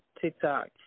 TikTok